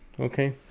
okay